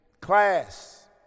class